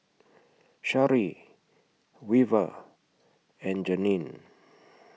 Shari Weaver and Janene